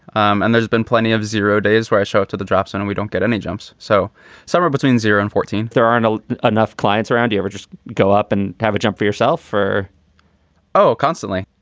um and there's been plenty of zero days where i show it to the dropzone and we don't get any jumps so somewhere between zero and fourteen, there aren't ah enough clients around you ever just go up and have a jump for yourself for oh, constantly.